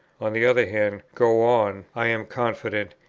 on the other hand, go on, i am confident,